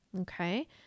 okay